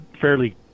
fairly